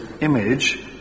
image